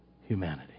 humanity